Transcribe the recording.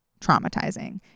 traumatizing